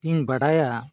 ᱛᱤᱧ ᱵᱟᱰᱟᱭᱟ